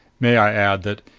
may i add that,